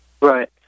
Right